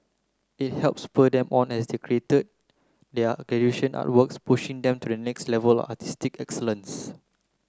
it helped spur them on as they created artworks pushing them to the next level of artistic excellence